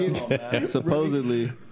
supposedly